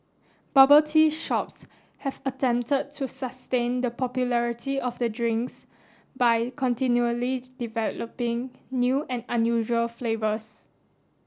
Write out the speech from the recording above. bubble tea shops have attempted to sustain the popularity of the drinks by continually developing new and unusual flavours